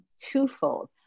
twofold